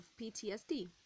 PTSD